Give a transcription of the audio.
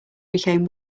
became